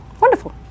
Wonderful